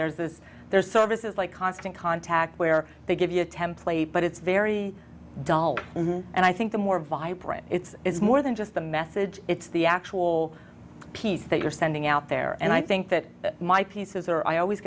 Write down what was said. there is this there are services like constant contact where they give you a template but it's very dull and i think the more vibrant it's more than just the message it's the actual piece that you're sending out there and i think that my pieces are i always